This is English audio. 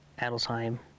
Adelsheim